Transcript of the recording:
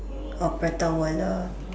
or Prata-Wala